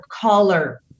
color